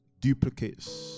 duplicates